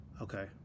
Okay